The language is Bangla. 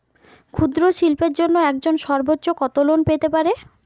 ক্ষুদ্রশিল্পের জন্য একজন সর্বোচ্চ কত লোন পেতে পারে?